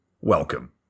welcome